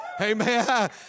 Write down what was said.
amen